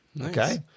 okay